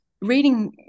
reading